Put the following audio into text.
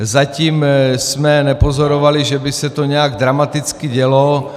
Zatím jsme nepozorovali, že by se to nějak dramaticky dělo.